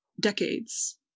Decades